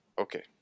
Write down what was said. Okay